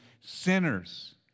sinners